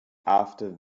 after